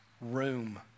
room